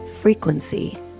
frequency